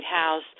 House